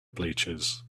bleachers